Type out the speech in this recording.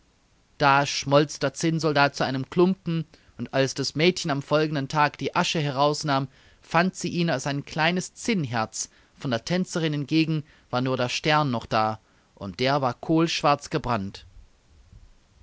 da schmolz der zinnsoldat zu einem klumpen und als das mädchen am folgenden tage die asche herausnahm fand sie ihn als ein kleines zinnherz von der tänzerin hingegen war nur der stern noch da und der war kohlschwarz gebrannt